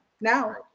now